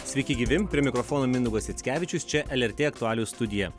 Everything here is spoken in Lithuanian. sveiki gyvi prie mikrofono mindaugas jackevičius čia lrt aktualijų studija